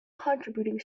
contributing